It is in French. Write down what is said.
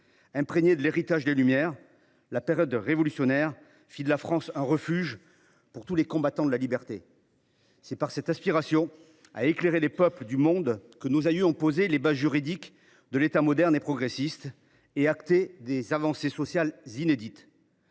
Imprégnée de l’héritage des Lumières, la période révolutionnaire fit de la France un refuge pour tous les combattants de la liberté. C’est par cette aspiration à éclairer les peuples du monde que nos aïeux ont posé les bases juridiques de l’État moderne et progressiste, et qu’ils ont acté des avancées sociales inédites,